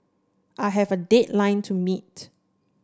I have a deadline to meet